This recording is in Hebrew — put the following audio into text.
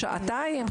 שעתיים,